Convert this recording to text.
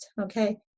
okay